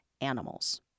animals